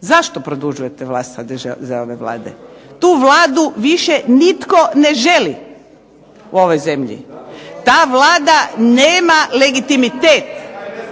Zašto produžujete vlast HDZ-ove Vlade? Tu Vladu više nitko ne želi u ovoj zemlji. Ta Vlada nema legitimitet,